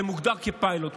זה מוגדר כפיילוט.